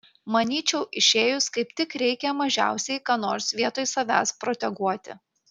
manyčiau išėjus kaip tik reikia mažiausiai ką nors vietoj savęs proteguoti